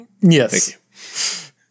Yes